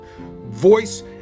voice